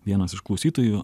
vienas iš klausytojų